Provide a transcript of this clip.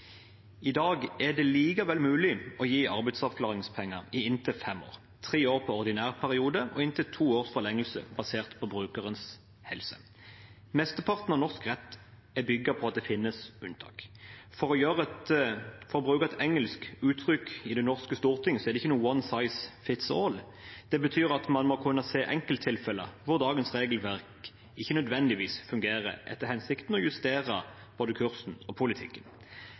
likevel mulig å gi arbeidsavklaringspenger i inntil fem år, tre år på ordinær periode og inntil to års forlengelse basert på brukerens helse. Mesteparten av norsk rett er bygd på at det finnes unntak. For å bruke et engelsk uttrykk i det norske storting, er det ikke noe «one size fits all». Det betyr at man må kunne se enkelttilfeller hvor dagens regelverk ikke nødvendigvis fungerer etter hensikten, og justere både kursen og politikken.